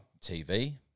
TV